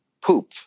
poop